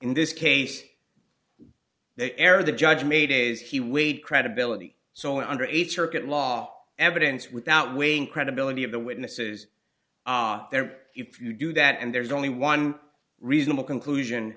in this case they air the judge made a is he weighed credibility so on under eight circuit law evidence without weighing credibility of the witnesses are there if you do that and there's only one reasonable conclusion